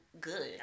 Good